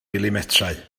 milimetrau